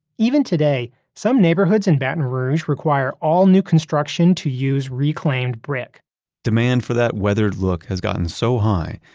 even today, some neighborhoods in baton rouge require all new construction to use reclaimed brick demand for that weathered look has gotten so high,